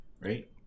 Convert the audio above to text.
right